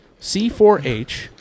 C4H